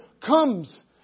comes